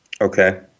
Okay